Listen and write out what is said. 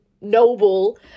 noble